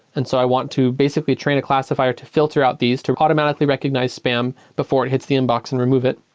and so i want to basically train a classifier to filter out these to automatically recognize spam before it hits the inbox and remove it.